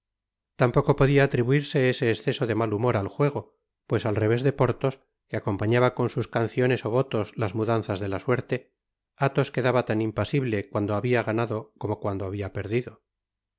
tampoco podia atribuirse ese esceso de mal bumor al juego pues al revés de porthos que acompañaba con sus canciones ó votos las mudanzas de la suerte athos quedaba tan impasible cuando habia ganado como cuando habia perdido